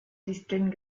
disteln